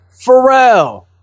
Pharrell